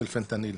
של פנטניל,